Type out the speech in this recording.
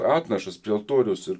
atnašas prie altoriaus ir